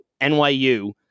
NYU